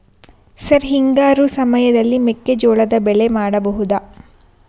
Sir ಹಿಂಗಾರು ಸಮಯದಲ್ಲಿ ಮೆಕ್ಕೆಜೋಳದ ಬೆಳೆ ಮಾಡಬಹುದಾ?